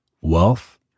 Wealth